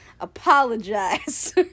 apologize